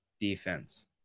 defense